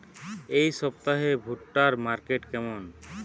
এই সপ্তাহে ভুট্টার মার্কেট কেমন?